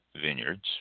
Vineyards